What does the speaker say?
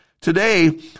Today